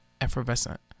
effervescent